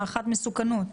הערכת מסוכנות.